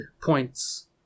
points